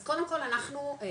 אז קודם כל אנחנו היום,